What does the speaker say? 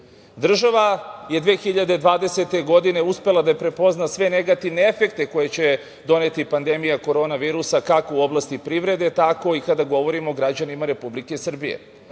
je 2020. godine uspela da prepozna sve negativne efekte koji će doneti pandemija korona virusa kako u oblasti privrede, tako i kada govorimo o građanima Republike Srbije